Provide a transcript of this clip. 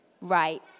Right